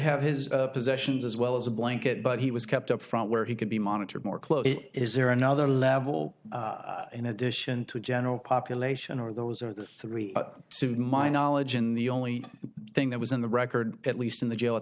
have his possessions as well as a blanket but he was kept up from where he could be monitored more closely is there another level in addition to a general population or those are the three to my knowledge in the only thing that was in the record at least in the jail at